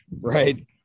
right